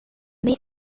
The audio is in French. mais